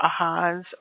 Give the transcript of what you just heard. ahas